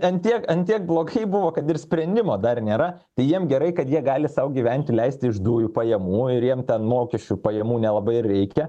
ant tiek ant tiek blogai buvo kad ir sprendimo dar nėra jiems gerai kad jie gali sau gyventi leisti iš dujų pajamų ir jiem ten mokesčių pajamų nelabai ir reikia